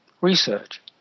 research